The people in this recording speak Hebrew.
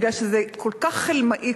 כי זה כל כך חלמאי,